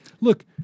look